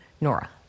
Nora